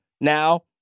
now